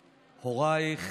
הורייך,